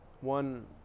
one